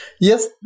Yes